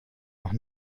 noch